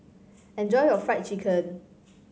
enjoy your Fried Chicken